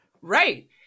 Right